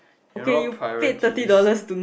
you know priorities